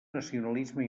nacionalisme